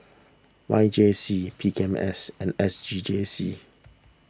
Y J C P K M S and S C G C